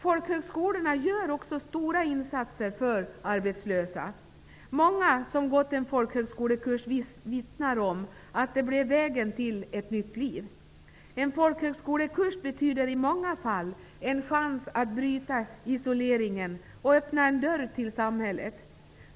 Folkhögskolorna gör också stora insatser för arbetslösa. Många som gått en folkhögskolekurs vittnar om att det blev vägen till ett nytt liv. En folkhögskolekurs betyder i många fall en chans att bryta isoleringen och öppna en dörr till samhället.